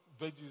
veggies